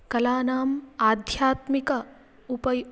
कलानाम् आध्यात्मिक उपै